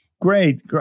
Great